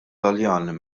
taljan